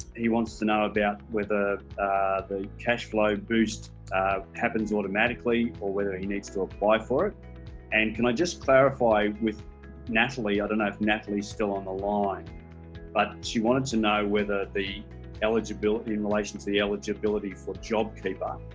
he wants to know about whether ah the cash flow boost happens automatically or whether he needs to apply for it and can i just clarify with natalie i don't know if natalie still on the line but she wanted to know whether the eligibility in relation to the eligibility for job keeper i